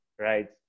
Right